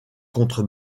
contre